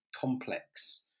complex